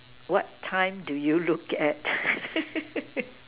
what time do you look at